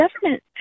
government